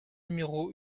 numéro